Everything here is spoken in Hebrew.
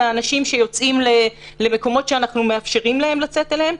אנשים שיוצאים למקומות שאנחנו מאפשרים להם לצאת אליהם,